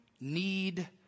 Need